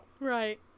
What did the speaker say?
Right